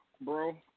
bro